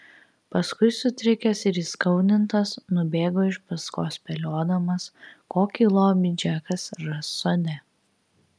paskui sutrikęs ir įskaudintas nubėgo iš paskos spėliodamas kokį lobį džekas ras sode